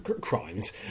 Crimes